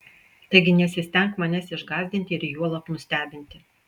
taigi nesistenk manęs išgąsdinti ir juolab nustebinti